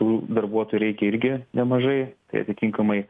tų darbuotų reikia irgi nemažai tai atitinkamai